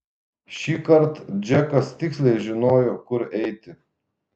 šįkart džekas tiksliai žinojo kur eiti